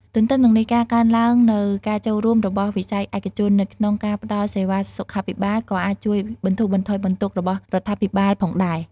ទទ្ទឹមនឹងនេះ ការកើនឡើងនូវ ការចូលរួមរបស់វិស័យឯកជន នៅក្នុងការផ្តល់សេវាសុខាភិបាល ក៏អាចជួយបន្ធូរបន្ថយបន្ទុករបស់រដ្ឋាភិបាលផងដែរ។